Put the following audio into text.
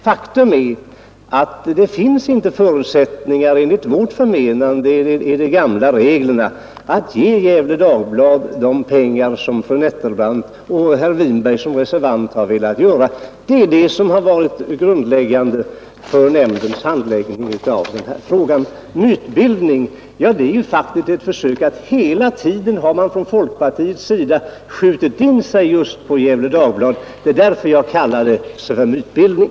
Faktum är att det enligt vårt förmenande inte finns förutsättningar i de gamla reglerna att ge Gefle Dagblad de pengar som fru Nettelbrandt och herr Winberg som reservanter har velat göra. Det är detta som varit grundläggande för nämndens handläggning av denna fråga. Mytbildning, ja folkpartiet har faktiskt hela tiden skjutit in sig just på Gefle Dagblad. Det är därför jag kallar det för mytbildning.